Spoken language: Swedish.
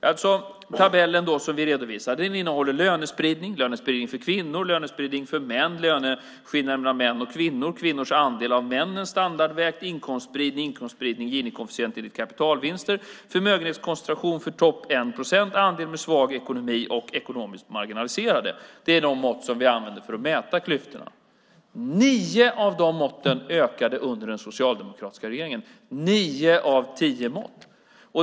Den tabell som vi redovisar innehåller lönespridning, lönespridning för kvinnor, lönespridning för män, löneskillnader mellan män och kvinnor, kvinnors andel av männens standard, inkomstspridning, Gini-koefficient enligt kapitalvinster, förmögenhetskoncentration för topp-1-procent, andel med svag ekonomi och ekonomiskt marginaliserade. Det är de mått som vi använder för att mäta klyftorna. Nio av de tio måtten ökade under den socialdemokratiska regeringen.